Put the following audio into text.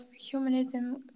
humanism